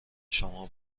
شما